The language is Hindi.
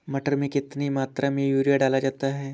मटर में कितनी मात्रा में यूरिया डाला जाता है?